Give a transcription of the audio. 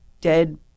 dead